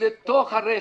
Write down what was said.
לתוך הרשת.